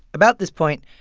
about this point,